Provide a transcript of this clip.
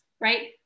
right